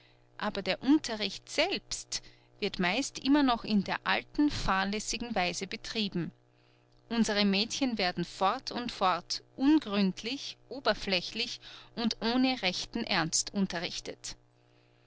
aber der unterricht selbst wird meist immer noch in der alten fahrlässigen weise betrieben unsere mädchen werden fort und fort ungründlich oberflächlich und ohne rechten ernst unterrichtet